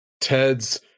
Ted's